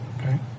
Okay